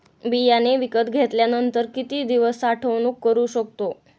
बियाणे विकत घेतल्यानंतर किती दिवस साठवणूक करू शकतो?